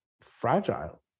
fragile